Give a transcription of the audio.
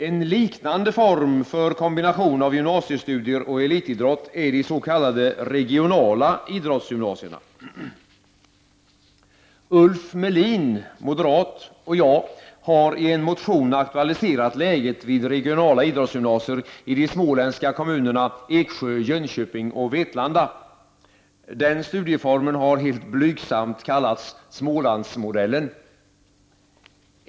En liknande form för kombination av gymnasiestudier och elitidrott är de s.k. regionala idrottsgymnasierna. Ulf Melin, från moderaterna, och jag har i en motion aktualiserat läget vid de regionala idrottsgymnasierna i de småländska kommunerna Eksjö, Jönköping och Vetlanda. Den studieformen har helt blygsamt kallats ”Små landsmodellen”.